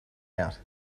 out